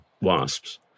wasps